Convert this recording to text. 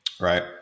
right